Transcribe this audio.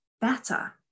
better